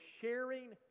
sharing